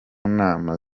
nama